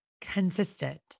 consistent